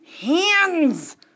hands